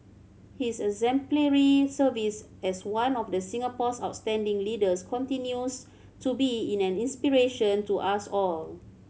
his exemplary service as one of the Singapore's outstanding leaders continues to be in an inspiration to us all